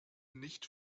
nicht